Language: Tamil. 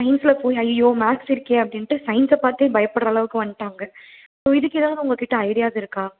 சயின்ஸில் போய் அய்யய்யோ மேக்ஸ் இருக்கே அப்படின்ட்டு சயின்ஸை பார்த்தே பயப்பிடுற அளவுக்கு வந்துட்டாங்க ஸோ இதுக்கு எதாவது உங்கள்கிட்ட ஐடியாஸ் இருக்கா